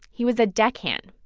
he was a deckhand.